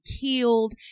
killed